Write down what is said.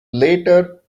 later